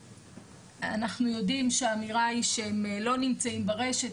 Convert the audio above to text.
אנחנו יודעים שהאמירה היא שהם לא נמצאים ברשת,